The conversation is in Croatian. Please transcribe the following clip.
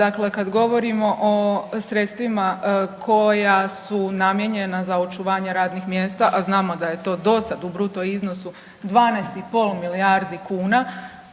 Dakle kada govorimo o sredstvima koja su namijenjena za očuvanje radnih mjesta, a znamo da je to do sada u bruto iznosu 12,5 milijardi kuna